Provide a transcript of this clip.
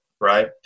Right